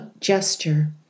gesture